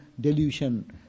delusion